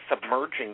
submerging